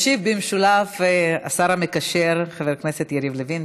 ישיב במשולב השר המקשר חבר הכנסת יריב לוין.